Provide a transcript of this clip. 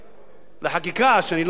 שאני לא יכול להבין את הגיונה,